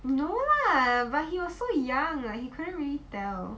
no lah but he was so young like he couldn't really tell